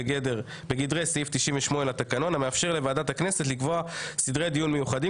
בגדרי סעיף 98 לתקנון והמאפשר לוועדת הכנסת לקבוע סדרי דיון מיוחדים